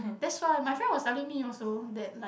that's why my friend was telling me also that like